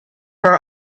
her